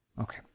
Okay